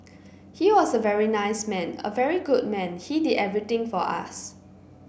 he was a very nice man a very good man he did everything for us